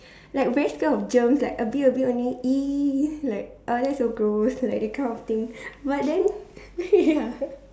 like very scared of germs like a bit a bit only !ee! like !ugh! that's so gross like that kind of thing but then ya